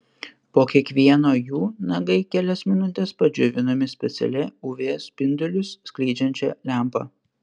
po kiekvieno jų nagai kelias minutes padžiovinami specialia uv spindulius skleidžiančia lempa